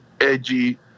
edgy